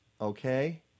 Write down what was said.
Okay